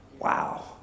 Wow